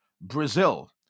brazil